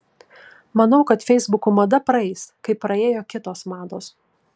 manau kad feisbukų mada praeis kaip praėjo kitos mados